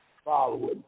Following